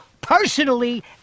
personally